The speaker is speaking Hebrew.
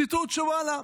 ציטוט שוואללה,